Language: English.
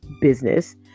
business